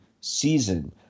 season